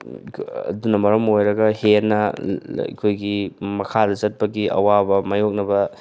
ꯑꯗꯨꯅ ꯃꯔꯝ ꯑꯣꯏꯔꯒ ꯍꯦꯟꯅ ꯑꯩꯈꯣꯏꯒꯤ ꯃꯈꯥꯗ ꯆꯠꯄꯒꯤ ꯑꯋꯥꯕ ꯃꯥꯏꯌꯣꯛꯅꯕ